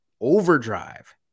Overdrive